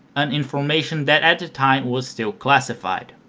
an information that at the time was still classified.